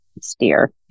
steer